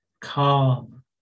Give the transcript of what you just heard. calm